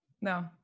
no